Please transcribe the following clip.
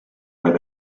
where